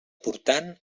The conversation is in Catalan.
portant